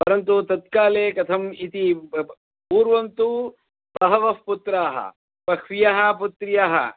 परन्तु तत्काले कथम् इति पूर्वं तु बहवः पुत्राः बह्व्यः पुत्र्यः